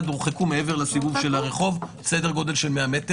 הורחקו מעבר לסיבוב של הרחוב סדר גודל של 100 מ'.